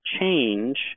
change